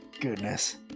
goodness